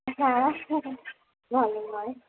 হ্যাঁ হ্যাঁ